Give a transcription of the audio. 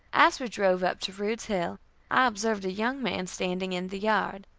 as we drove up to rude's hill, i observed a young man standing in the yard,